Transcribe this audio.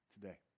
today